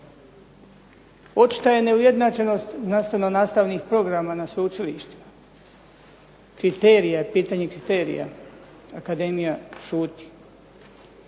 Očita je neujednačenost nastavno nastavnih programa na sveučilišta, pitanja kriterija. Akademija šuti.